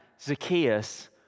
Zacchaeus